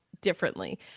differently